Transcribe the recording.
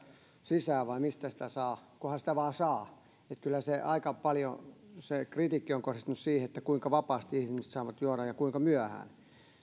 sisään vai mistä sitä saa kunhan sitä vain saa kyllä aika paljon se kritiikki on kohdistunut siihen kuinka vapaasti ihmiset saavat juoda ja kuinka myöhään